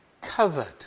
covered